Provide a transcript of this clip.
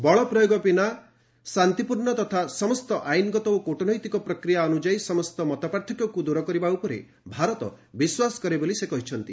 ବଳ ପ୍ୟୋଗ ବିନା ଶାନ୍ତିପୂର୍ଣ୍ଣ ତଥା ସମସ୍ତ ଆଇନ୍ଗତ ଓ କ୍ଟନୈତିକ ପ୍କ୍ୟା ଅନ୍ୟଯାୟୀ ସମସ୍ତ ମତପାର୍ଥକ୍ୟକୁ ଦୂର କରିବା ଉପରେ ଭାରତ ବିଶ୍ୱାସ କରେ ବୋଲି ସେ କହିଛନ୍ତି